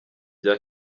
bya